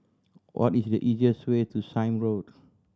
what is the easiest way to Sime Road